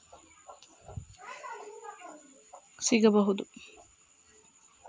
ತುಂತುರು ನೀರಾವರಿ ತೆಂಗಿನ ತೋಟಕ್ಕೆ ಬಳಸುವುದರಿಂದ ಹೆಚ್ಚಿಗೆ ಇಳುವರಿ ಸಿಕ್ಕಬಹುದ?